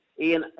Ian